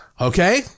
Okay